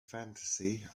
fantasy